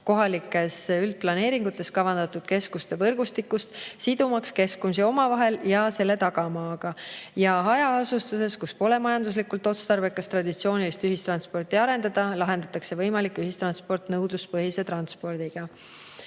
kohalikes üldplaneeringutes kavandatud keskuste võrgustikust, sidumaks keskusi omavahel ja selle tagamaaga. Hajaasustuses, kus pole majanduslikult otstarbekas traditsioonilist ühistransporti arendada, lahendatakse võimalik ühistransport nõudluspõhise transpordiga.